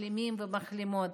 מחלימים ומחלימות.